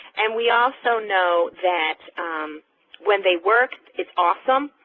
and we also know that when they work it's awesome.